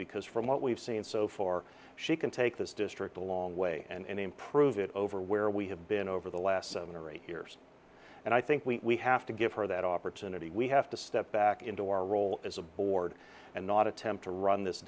because from what we've seen so far she can take this district a long way and improve it over where we have been over the last seven or eight years and i think we have to give her that opportunity we have to step back into our role as a board and not attempt to run this